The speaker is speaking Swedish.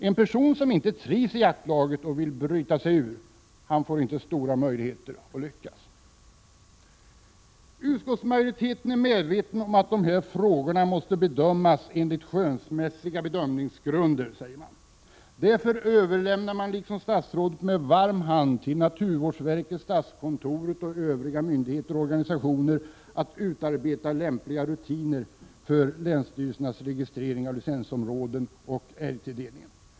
En person som inte trivs i jaktlaget och vill bryta sig ut har inte stora möjligheter att lyckas. Utskottsmajoriteten är medveten om att de här frågorna måste avgöras på skönsmässiga bedömningsgrunder, säger man. Därför överlämnar utskottsmajoriteten liksom statsrådet med varm hand till naturvårdsverket, statskontoret och övriga myndigheter och organisationer att utarbeta lämpliga rutiner för länsstyrelsernas registrering av licensområden och för älgtilldelningen.